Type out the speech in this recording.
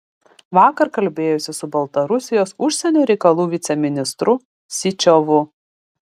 vakar kalbėjosi su baltarusijos užsienio reikalų viceministru syčiovu